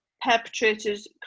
perpetrators